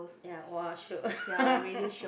ya !wah! shiok